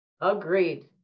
Agreed